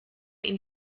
ihn